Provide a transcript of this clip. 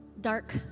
dark